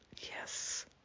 Yes